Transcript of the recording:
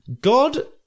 God